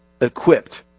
Equipped